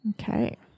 Okay